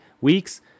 weeks